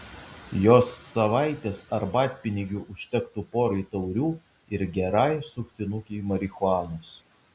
jos savaitės arbatpinigių užtektų porai taurių ir gerai suktinukei marihuanos